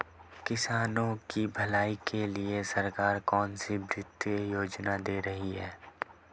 किसानों की भलाई के लिए सरकार कौनसी वित्तीय योजना दे रही है?